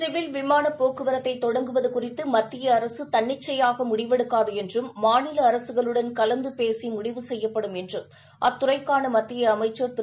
civil விமானப் போக்குவரத்தை தொடங்குவது குறித்து மத்திய அரசு தன்னிச்சையாக முடிவெடுக்காது என்றும் மாநில அரசுகளுடன் கலந்து பேசி முடிவு செய்யும் என்றும் அத்துறைக்கான மத்திய அமைச்சா் திரு